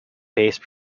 based